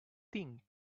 think